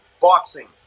boxing